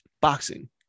boxing